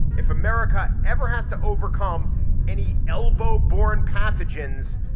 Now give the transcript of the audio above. if america ever has to overcome any elbow borne pathogens,